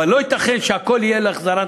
אבל לא ייתכן שהכול יהיה להחזרת